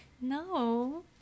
No